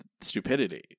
stupidity